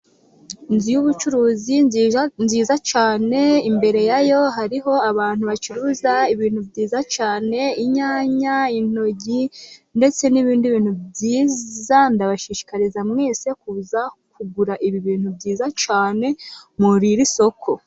Inzu y'ubucuruzi nziza cyane, imbere yayo hariho abantu bacuruza ibintu byiza cyane. Inyanya, intoryi, ndetse n'ibindi bintu byiza. Ndabashishikariza mwese kuza kugura ibi bintu byiza cyane muri iri soko.